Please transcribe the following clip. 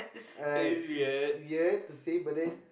I it's weird to say but then